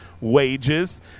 Wages